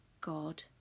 God